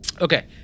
Okay